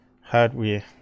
hardware